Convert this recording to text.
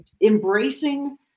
embracing